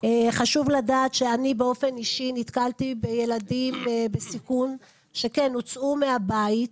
חשוב לדעת שאני באופן אישי נתקלתי בילדים בסיכון שכן הוצאו מהבית.